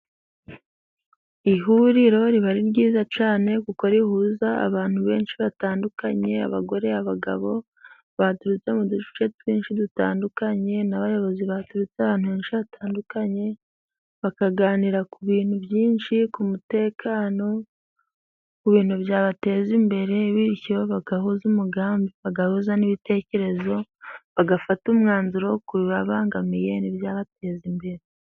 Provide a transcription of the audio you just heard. Ihuriro riba ari ryiza cyane kuko rihuza abantu benshi batandukanye, abagore abagabo baturutse mu duce twinshi dutandukanye, n'abayobozi baturutse ahantu henshi hatandukanye, bakaganira ku bintu byinshi ku mutekano ku bintu byabateza imbere, bityo bagahuza umugambi bagahuza n'ibitekerezo, bagafata umwanzuro wo kubibabangamiye n'ibyabateza imbere.